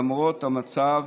למרות המצב,